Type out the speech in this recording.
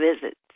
visits